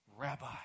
rabbi